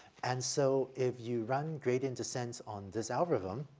and so if you run gradient descent on this algorithm,